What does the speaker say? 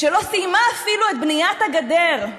שלא סיימה אפילו את בניית הגדר.